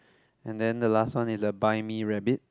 and then the last one is the buy me rabbit